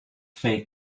fake